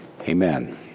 Amen